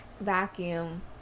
vacuum